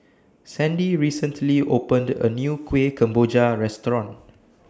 Sandy recently opened A New Kuih Kemboja Restaurant